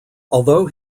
although